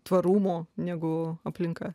tvarumo negu aplinka